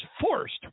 forced